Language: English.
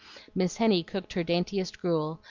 miss henny cooked her daintiest gruel,